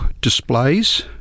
displays